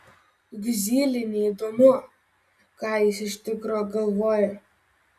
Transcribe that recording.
juk zylei neįdomu ką jis iš tikro galvoja